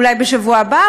אולי בשבוע הבא,